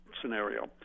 scenario